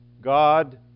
God